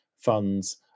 funds